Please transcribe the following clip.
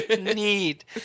Need